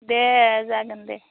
दे जागोन दे